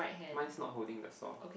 mine's not holding the saw